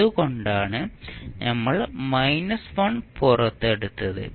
അതുകൊണ്ടാണ് നമ്മൾ 1 പുറത്തെടുത്തത്